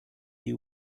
you